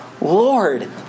Lord